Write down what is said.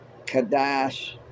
Kadash